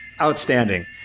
Outstanding